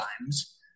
times